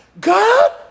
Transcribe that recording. God